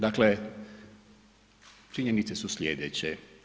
Dakle, činjenice su sljedeće.